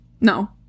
No